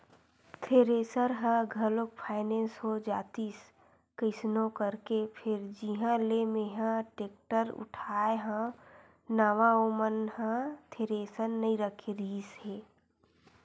thresher ह घलोक finance हो जातिस कइसनो करके फेर जिहाँ ले मेंहा टेक्टर उठाय हव नवा ओ मन ह थेरेसर नइ रखे रिहिस हे